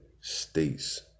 States